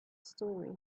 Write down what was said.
story